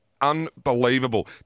unbelievable